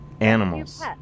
animals